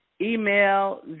email